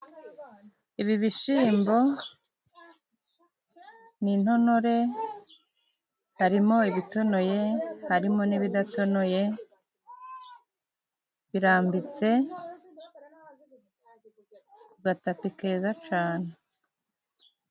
Ibi bishyimbo ni intonore, hari mo ibitonoye, hari mo n'ibidatonoye, birambitse ku gatapi keza cane.